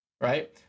Right